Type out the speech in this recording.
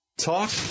Talk